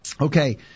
Okay